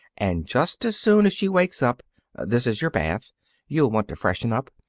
and just as soon as she wakes up this is your bath you'll want to freshen up.